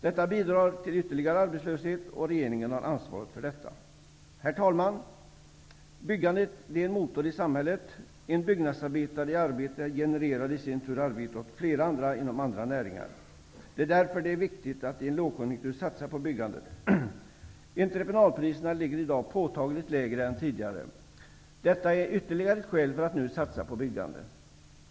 Det bidrar till ytterligare arbetslöshet, och regeringen har ansvaret för detta. Herr talman! Byggandet är en motor i samhället. En byggnadsarbetare i arbete genererar i sin tur arbete åt flera andra inom andra näringar. Det är därför det är viktigt att i en lågkonjunktur satsa på byggandet. Entreprenadpriserna ligger i dag påtagligt lägre än tidigare. Detta är ytterligare ett skäl att nu satsa på byggande.